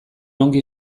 ongi